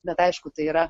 bet aišku tai yra